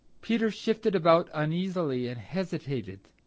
peter shifted about uneasily and hesitated.